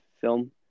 film